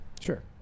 Sure